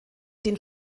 den